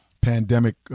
pandemic